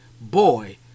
Boy